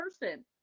person